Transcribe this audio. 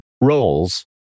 roles